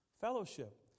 Fellowship